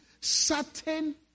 certain